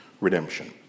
redemption